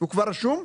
הוא כבר רשום?